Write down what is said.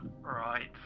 right